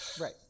Right